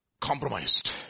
compromised